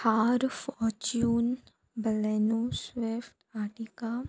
Thar Fortuner Baleno swift Ertiga